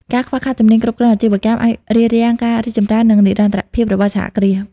ការខ្វះខាតជំនាញគ្រប់គ្រងអាជីវកម្មអាចរារាំងការរីកចម្រើន និងនិរន្តរភាពរបស់សហគ្រាស។